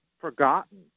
forgotten